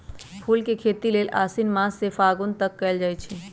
फूल के खेती लेल आशिन मास से फागुन तक कएल जाइ छइ